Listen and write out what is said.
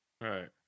Right